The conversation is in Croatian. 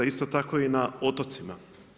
Isto tako i na otocima.